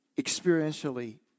experientially